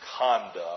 conduct